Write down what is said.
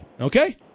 okay